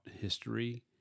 history